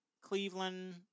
Cleveland